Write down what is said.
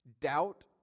Doubt